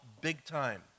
big-time